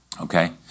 Okay